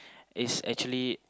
is actually